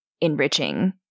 enriching